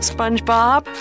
SpongeBob